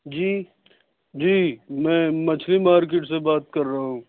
جی جی میں مچھلی مارکیٹ سے بات کر رہا ہوں